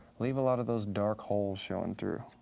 leave a lot of those dark holes showing through.